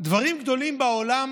דברים גדולים בעולם